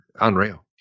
unreal